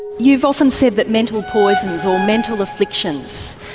you've often said that mental poisons, or mental afflictions,